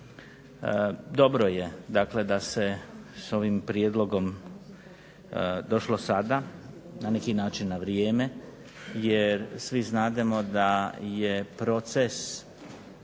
Dobro je dakle da se s ovim prijedlogom došlo sada, na neki način na vrijeme jer svi znademo da je proces